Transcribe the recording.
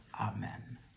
Amen